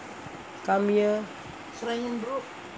come here